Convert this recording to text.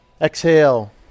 Exhale